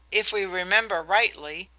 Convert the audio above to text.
if we remember rightly,